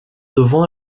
devant